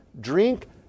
drink